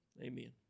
Amen